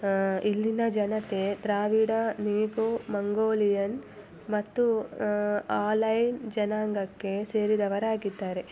ಇಲ್ಲಿನ ಜನತೆ ದ್ರಾವಿಡ ನೀಗೋ ಮಂಗೋಲಿಯನ್ ಮತ್ತು ಆಲೈನ್ ಜನಾಂಗಕ್ಕೆ ಸೇರಿದವರಾಗಿದ್ದಾರೆ